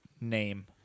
name